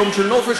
יום של נופש,